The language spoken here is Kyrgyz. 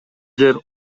жер